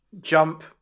Jump